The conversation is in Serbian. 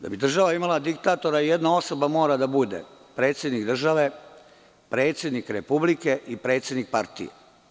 Da bi država imala diktatora jedna osoba mora da bude predsednik države, predsednik republike i predsednik partije.